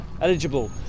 eligible